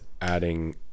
adding